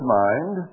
mind